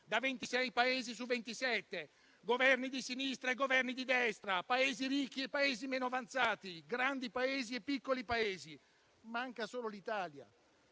quindi da Governi di sinistra e Governi di destra, Paesi ricchi e Paesi meno avanzati, grandi Paesi e piccoli Paesi. Manca solo l'Italia.